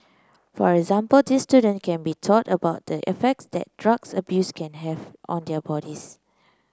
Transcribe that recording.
for example these student can be taught about the effects that drugs abuse can have on their bodies